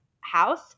house